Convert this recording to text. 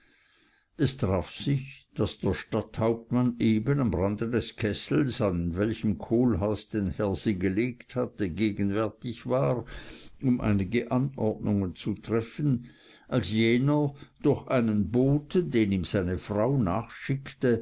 es traf sich daß der stadthauptmann eben am rande des kessels in welchen kohlhaas den herse gelegt hatte gegenwärtig war um einige anordnungen zu treffen als jener durch einen boten den ihm seine frau